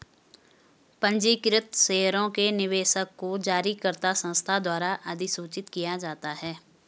पंजीकृत शेयरों के निवेशक को जारीकर्ता संस्था द्वारा अधिसूचित किया जाता है